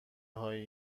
هایی